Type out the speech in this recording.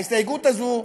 ההסתייגות הזאת,